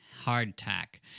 hardtack